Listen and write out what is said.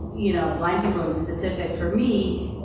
you know, blind people in specific for me,